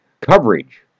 coverage